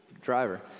driver